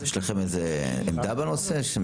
יש לכם עמדה בנושא?